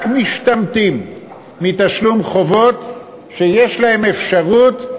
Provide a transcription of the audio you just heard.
רק משתמטים מתשלום חובות שיש להם אפשרות,